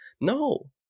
no